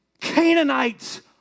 Canaanites